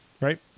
Right